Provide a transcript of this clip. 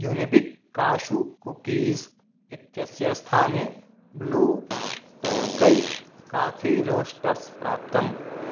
Unibic cashew cookies इत्यस्य स्थाने Blue Tokai Coffee Roasters प्राप्तम्